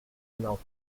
output